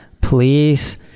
please